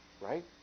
Right